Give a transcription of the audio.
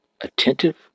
attentive